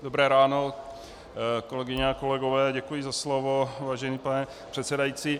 Dobré ráno, kolegyně a kolegové, děkuji za slovo, vážený pane předsedající.